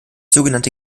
sogenannte